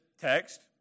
text